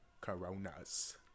Coronas